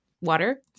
Water